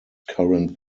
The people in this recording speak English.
current